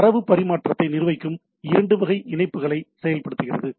தரவு பரிமாற்றத்தை நிர்வகிக்கும் இரண்டு வகை இணைப்புகளை செயல்படுத்துகிறது